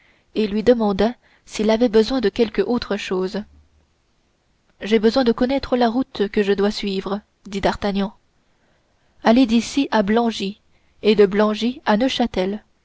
et lui demanda s'il avait besoin de quelque autre chose j'ai besoin de connaître la route que je dois suivre dit d'artagnan allez d'ici à blangy et de blangy à